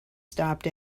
stopped